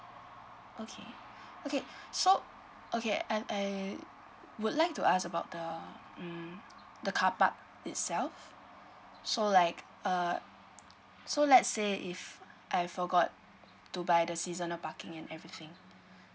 okay okay so okay and I would like to ask about the mm the carpark itself so like err so let's say if I forgot to buy the seasonal parking and everything